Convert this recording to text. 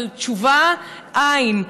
אבל תשובה אין.